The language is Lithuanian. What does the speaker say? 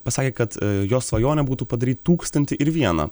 pasakė kad jo svajonė būtų padaryt tūkstantį ir vieną